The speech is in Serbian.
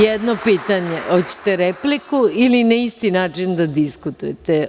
Jedno pitanje, hoćete repliku ili na isti način da diskutujete?